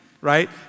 right